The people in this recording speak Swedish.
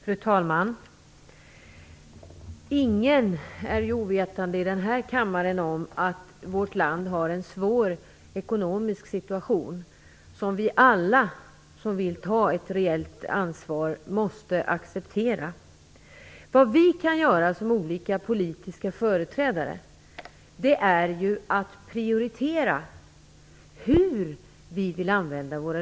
Fru talman! Ingen i denna kammare är väl ovetande om att vårt land befinner sig i en svår ekonomisk situation. Det är något som vi alla som vill ta ett reellt ansvar måste acceptera. Vad vi som politiska företrädare kan göra är att prioritera hur resurserna skall användas.